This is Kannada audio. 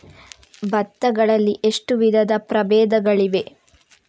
ಭತ್ತ ಗಳಲ್ಲಿ ಎಷ್ಟು ವಿಧದ ಪ್ರಬೇಧಗಳಿವೆ?